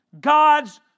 God's